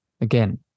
Again